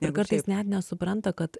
ir kartais net nesupranta kad